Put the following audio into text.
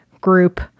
group